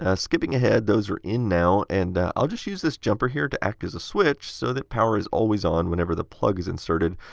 skipping ahead, those are in now, and i'll just use this jumper here to act as a switch so that power is always on whenever the plug is inserted.